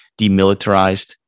demilitarized